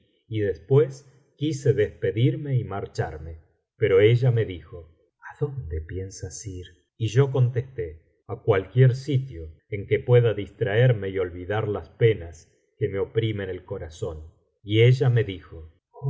y después quise despedirme y marcharme pero ella me dijo adonde piensas ir y yo contesté a cualquier sitio en que pueda distraerme y olvidar las penas que me oprimen el corazón y ella me dijo